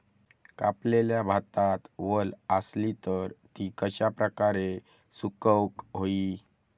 कापलेल्या भातात वल आसली तर ती कश्या प्रकारे सुकौक होई?